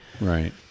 right